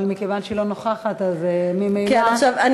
אבל מכיוון שהיא לא נוכחת אז ממילא את לא